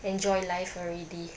enjoy life already